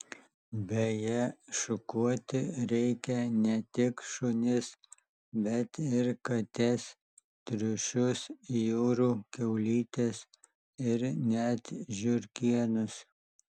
beje šukuoti reikia ne tik šunis bet ir kates triušius jūrų kiaulytes ir net žiurkėnus